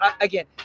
Again